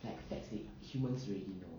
like let's say humans already know